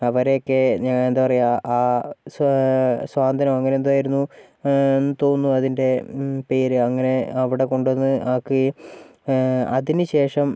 അവരെ ഒക്കെ ഞാൻ എന്താ പറയുക ആ സാ സാന്ത്വനം അങ്ങനെ എന്തോ ആയിരുന്നു തോന്നുന്നു അതിൻ്റെ പേര് അങ്ങനെ അവിടെ കൊണ്ടുവന്ന് ആക്കുകയും അതിനു ശേഷം